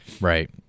right